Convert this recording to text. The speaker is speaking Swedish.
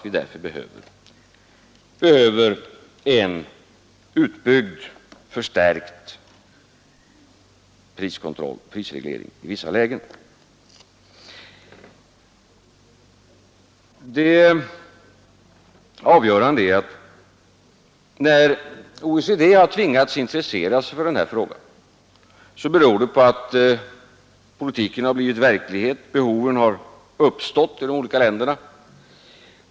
Vi behöver en utbyggd och stärkt priskontroll, en prisreglering, i vissa lägen. Också OECD har tvingats intressera sig för den här frågan. Behoven har uppstått inom de olika länderna.